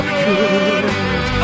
good